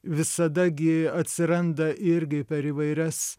visada gi atsiranda irgi per įvairias